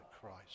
Christ